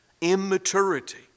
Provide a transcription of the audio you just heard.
immaturity